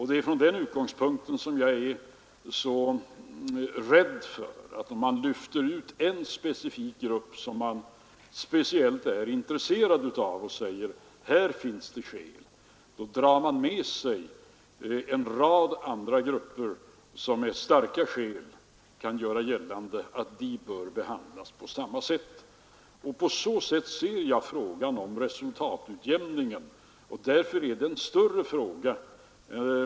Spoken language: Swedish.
Det är från den utgångspunkten jag är så rädd för att lyfta ut en grupp som man är speciellt intresserad av. Då drar man nämligen med sig en rad andra grupper som med starka skäl kan göra gällande att de bör behandlas på samma sätt. Så ser jag på frågan om resultatutjämning. Det är en större fråga.